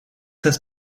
heißt